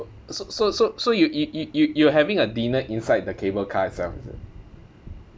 so so so so you you you you were having a dinner inside the cable car itself is it